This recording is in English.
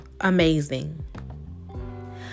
amazing